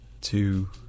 two